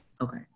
Okay